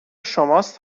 شماست